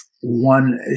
one